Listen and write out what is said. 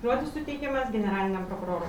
žodis suteikiamas generaliniam prokurorui